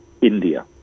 India